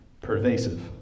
pervasive